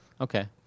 Okay